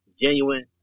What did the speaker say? genuine